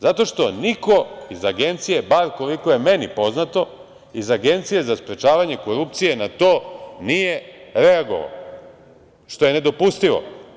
Zato što niko iz Agencije, bar koliko je meni poznato, iz Agencije za sprečavanje korupcije na to nije reagovao, što je nedopustivo.